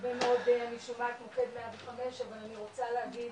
הרבה מאוד נשמע על מוקד 105 אבל אני רוצה להגיד